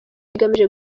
igamije